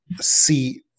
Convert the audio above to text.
see